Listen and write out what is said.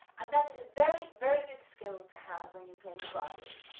and that is a very very good skill to have when you play the violin.